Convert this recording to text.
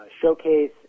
showcase